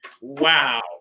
Wow